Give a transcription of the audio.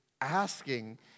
asking